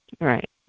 Right